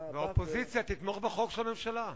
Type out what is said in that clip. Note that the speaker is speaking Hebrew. באופוזיציה אני אתמוך בחוק של הממשלה.